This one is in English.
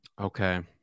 Okay